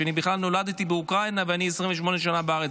שבכלל נולדתי באוקראינה ואני 28 שנה בארץ,